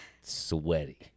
sweaty